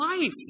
life